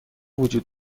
وجود